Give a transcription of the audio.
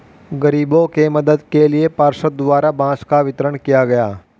गरीबों के मदद के लिए पार्षद द्वारा बांस का वितरण किया गया